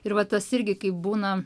ir vat tas irgi kai būna